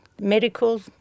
medical